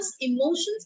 emotions